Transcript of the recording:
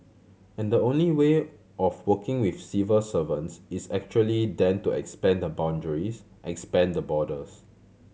and the only way of working with civil servants is actually then to expand the boundaries expand the borders